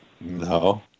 No